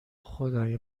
خدای